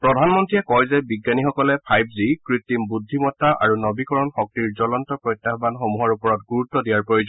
প্ৰধানমন্ৰীয়ে কয় যে বিজ্ঞানীসকলে ফাইভ জি কৃত্ৰিম বুদ্ধিমত্তা আৰু নবীকৰণ শক্তিৰ জুলন্ত প্ৰত্যাহবান সমূহৰ মুখামুখি হোৱাত গুৰুত্ব দিয়াৰ প্ৰয়োজন